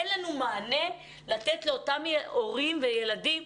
אין לנו מענה לתת לאותם הורים וילדים.